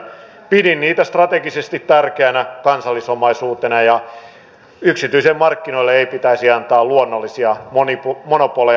pidin niitä strategisesti tärkeänä kansallisomaisuutena ja yksityisille markkinoille ei pitäisi antaa luonnollisia monopoleja